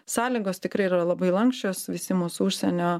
sąlygos tikrai yra labai lanksčios visi mūsų užsienio